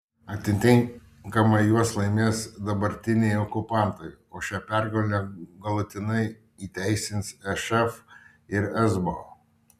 atitinkamai juos laimės dabartiniai okupantai o šią pergalę galutinai įteisins šf ir esbo